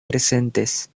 presentes